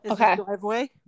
Okay